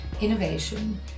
innovation